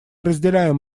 разделяем